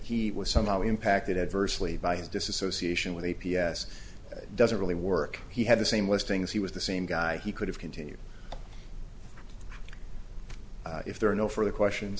he was somehow impacted adversely by his disassociation with a p s doesn't really work he had the same listings he was the same guy he could have continued if there are no further questions